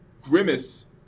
Grimace